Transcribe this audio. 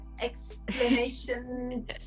explanation